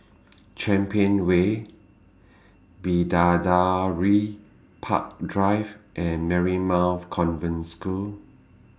Champion Way Bidadari Park Drive and Marymount Convent School